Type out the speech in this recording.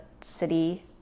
city